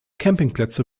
campingplätze